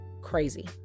crazy